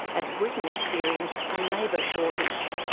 as britain experienced a labour shortage.